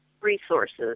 resources